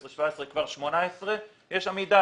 2016 ו-2017 וכבר 2018. יש עמידה.